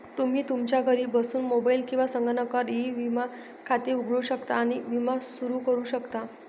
तुम्ही तुमच्या घरी बसून मोबाईल किंवा संगणकावर ई विमा खाते उघडू शकता आणि विमा सुरू करू शकता